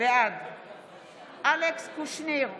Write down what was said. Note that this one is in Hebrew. בעד אלכס קושניר,